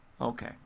Okay